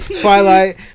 twilight